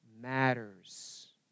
matters